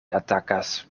atakas